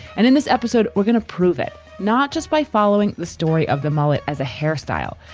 and in this episode, we're going to prove it not just by following the story of the mullet as a hairstyle,